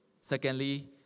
Secondly